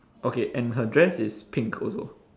okay and her dress is pink also